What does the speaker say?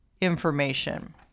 information